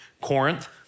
Corinth